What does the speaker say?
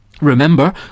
Remember